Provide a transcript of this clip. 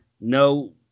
no